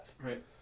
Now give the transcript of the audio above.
Right